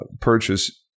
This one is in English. purchase